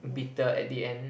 bitter at the end